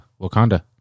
Wakanda